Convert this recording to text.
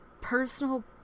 personal